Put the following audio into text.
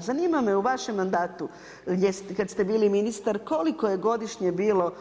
Zanima me u vašem mandatu, kad ste bili ministar, koliko je godišnje bilo